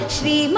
Shri